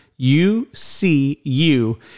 u-c-u